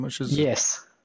yes